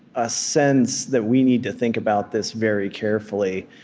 a sense that we need to think about this very carefully,